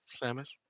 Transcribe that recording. samus